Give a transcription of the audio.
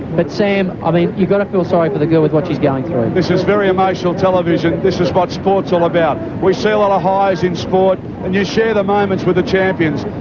but sam, i mean you've got to feel sorry for the girl with what she's going through. this is very emotional television. this is what sport's all about. we see a lot of highs in sport and you share the moments with the champions.